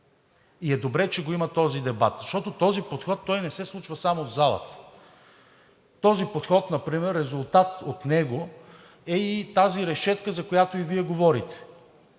и е добре, че го има този дебат, защото този подход не се случва само в залата. Този подход например, резултат от него е и тази решетка, за която и Вие говорите.